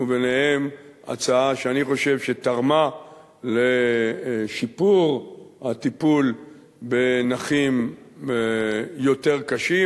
וביניהן הצעה שאני חושב שתרמה לשיפור הטיפול בנכים יותר קשים.